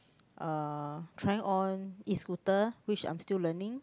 uh trying on E-Scooter which I'm still learning